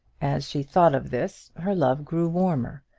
as she thought of this her love grew warmer,